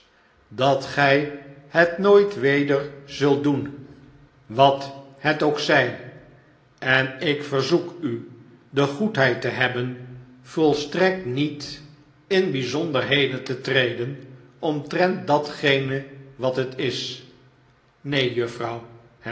dat gjj het nooit weder zult doen wat het ook zg en ik verzoek u de goedheid te hebben volstrekt niet in bgzonderheden te treden omtrent datgene wat het is neen juffrouw